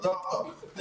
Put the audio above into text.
תודה רבה.